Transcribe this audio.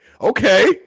Okay